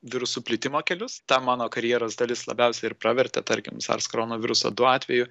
virusų plitimo kelius ta mano karjeros dalis labiausiai ir pravertė tarkim sars koronaviruso du atveju